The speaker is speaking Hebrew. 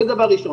זה דבר ראשון.